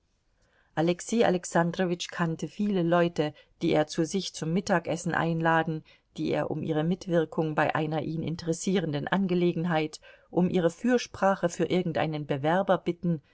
alexei alexandrowitsch kannte viele leute die er zu sich zum mittagessen einladen die er um ihre mitwirkung bei einer ihn interessierenden angelegenheit um ihre fürsprache für irgendeinen bewerber bitten